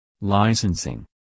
Licensing